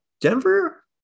Denver